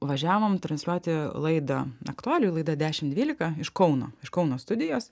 važiavom transliuoti laidą aktualijų laida dešim dvylika iš kauno iš kauno studijos